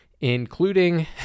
including